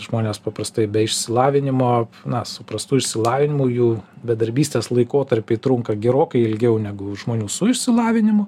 žmonės paprastai be išsilavinimo na su prastu išsilavinimu jų bedarbystės laikotarpiai trunka gerokai ilgiau negu žmonių su išsilavinimu